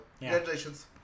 congratulations